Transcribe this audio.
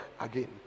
again